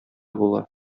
була